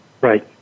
right